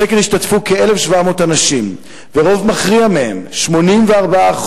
בסקר השתתפו כ-1,700 אנשים, ורוב מכריע שלהם, 84%,